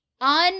un